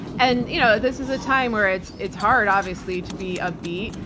and you know this is a time where it's it's hard obviously to be a beat.